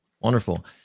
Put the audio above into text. Wonderful